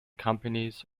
companies